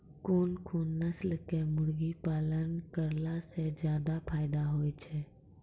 कोन कोन नस्ल के मुर्गी पालन करला से ज्यादा फायदा होय छै?